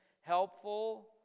...helpful